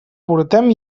portem